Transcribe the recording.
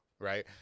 right